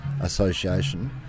Association